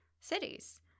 cities